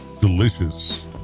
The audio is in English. delicious